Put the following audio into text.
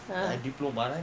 ah